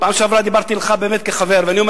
בפעם שעברה דיברתי אליך באמת כחבר,